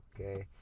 okay